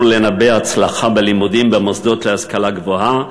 לנבא הצלחה בלימודים במוסדות להשכלה גבוהה.